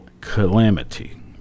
calamity